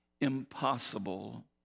impossible